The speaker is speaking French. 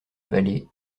vallée